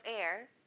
air